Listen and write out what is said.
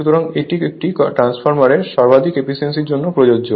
সুতরাং এটি একটি ট্রান্সফরমারের সর্বাধিক এফিসিয়েন্সির জন্য প্রযোজ্য